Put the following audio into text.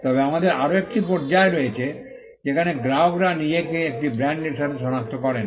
তবে আমাদের আরও একটি পর্যায় রয়েছে যেখানে গ্রাহকরা নিজেকে একটি ব্র্যান্ডের সাথে সনাক্ত করেন